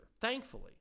thankfully